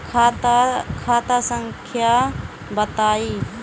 खाता संख्या बताई?